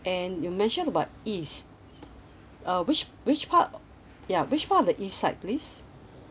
and you mentioned about east uh which which part ya which part of the east side please